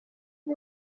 com